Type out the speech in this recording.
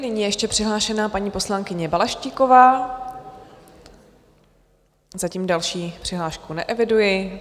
Nyní je ještě přihlášená paní poslankyně Balaštíková, zatím další přihlášku neeviduji.